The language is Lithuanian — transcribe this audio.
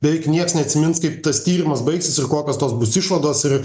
beveik nieks neatsimins kaip tas tyrimas baigsis ir kokios tos bus išvados ir